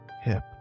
hip